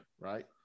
Right